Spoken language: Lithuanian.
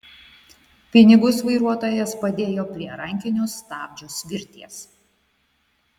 pinigus vairuotojas padėjo prie rankinio stabdžio svirties